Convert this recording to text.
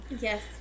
Yes